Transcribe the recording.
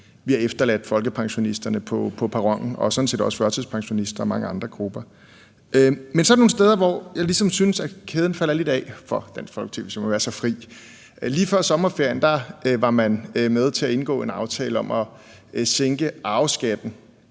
vi har efterladt folkepensionisterne på perronen og sådan set også førtidspensionisterne og mange andre grupper. Men så er der nogle steder, hvor jeg ligesom synes at kæden hopper lidt af for Dansk Folkeparti, hvis jeg må være så fri. Lige før sommerferien var man med til at indgå en aftale om at sænke arveskatten,